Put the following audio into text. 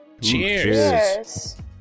Cheers